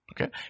Okay